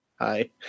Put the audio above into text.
Hi